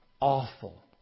awful